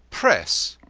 press,